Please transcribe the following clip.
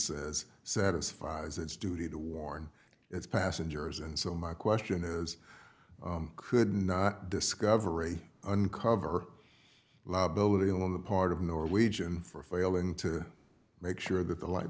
says satisfies its duty to warn its passengers and so my question is could not discovery uncover liability on the part of norwegian for failing to make sure that the light